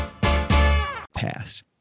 Pass